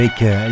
Avec